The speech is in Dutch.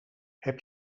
heb